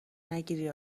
نگیری